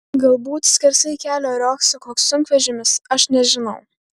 galbūt skersai kelio riogso koks sunkvežimis aš nežinau